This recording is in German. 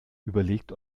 überlegt